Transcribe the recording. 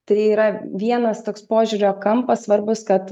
tai yra vienas toks požiūrio kampas svarbus kad